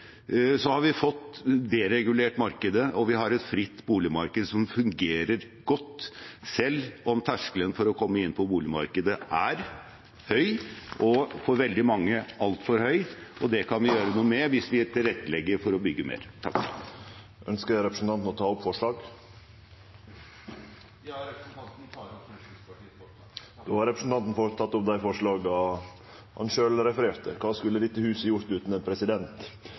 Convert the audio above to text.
Så har vi fått deregulert markedet, og vi har et fritt boligmarked som fungerer godt, selv om terskelen for å komme inn på boligmarkedet er høy og for veldig mange altfor høy. Det kan vi gjøre noe med hvis vi tilrettelegger for å bygge mer. Ønskjer representanten å ta opp forslag? Ja, jeg tar opp Fremskrittspartiets forslag. Då har representanten Hans Andreas Limi teke opp dei forslaga han refererte til. Kva skulle dette huset gjort utan ein president!